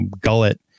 gullet